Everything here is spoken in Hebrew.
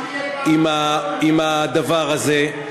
עם הדבר הזה.